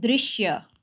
दृश्य